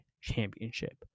Championship